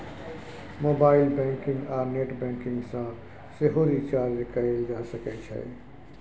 mobile banking आ net banking सँ सेहो रिचार्ज कएल जा सकै छै